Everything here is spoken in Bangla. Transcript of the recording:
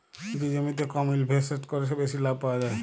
যে জমিতে কম ইলভেসেট ক্যরে বেশি লাভ পাউয়া যায়